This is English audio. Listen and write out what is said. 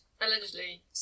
allegedly